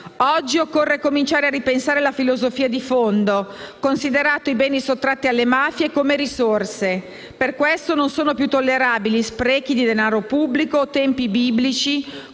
Oggi occorre cominciare a ripensare la filosofia di fondo, considerando i beni sottratti alle mafie come risorse. Per questo non sono più tollerabili sprechi di denaro pubblico o tempi biblici